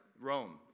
Rome